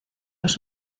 los